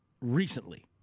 recently